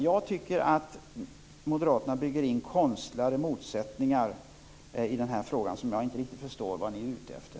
Jag tycker att Moderaterna bygger in konstlade motsättningar i denna fråga, och jag förstår inte riktigt vad de är ute efter.